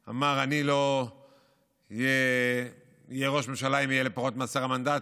אמר: אני לא אהיה ראש ממשלה אם יהיו לי פחות מעשרה מנדטים,